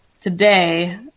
today